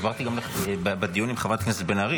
הסברתי גם בדיונים לחברת הכנסת בן ארי.